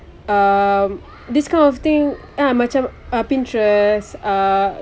uh this kind of thing uh macam pinterest uh